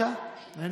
בנושא הזה.